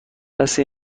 نیست